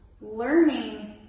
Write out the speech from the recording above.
learning